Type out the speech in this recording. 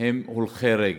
הם הולכי רגל.